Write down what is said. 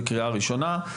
לקריאה ראשונה.